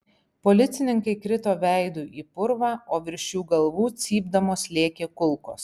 policininkai krito veidu į purvą o virš jų galvų cypdamos lėkė kulkos